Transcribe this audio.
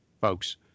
folks